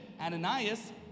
Ananias